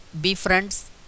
befriends